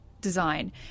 design